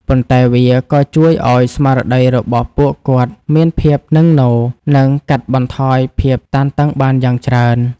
ប៉ុន្តែវាក៏ជួយឱ្យស្មារតីរបស់ពួកគាត់មានភាពនឹងនរ និងកាត់បន្ថយភាពតានតឹងបានយ៉ាងច្រើន។